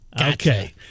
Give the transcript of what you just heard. Okay